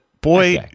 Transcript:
boy